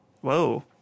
Whoa